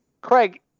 Craig